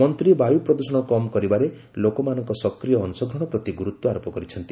ମନ୍ତ୍ରୀ ବାୟୁପ୍ରଦୃଷଣ କମ୍ କରିବାରେ ଲୋକମାନଙ୍କ ସକ୍ରିୟ ଅଂଶ ଗ୍ରହଣ ପ୍ରତି ଗୁରୁତ୍ୱାରୋପ କରିଛନ୍ତି